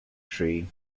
tree